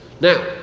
now